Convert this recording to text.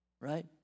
right